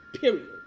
period